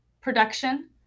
production